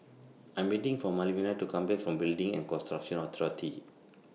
I Am waiting For Malvina to Come Back from Building and Construction Authority